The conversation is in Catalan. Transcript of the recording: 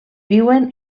viuen